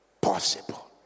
possible